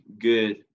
good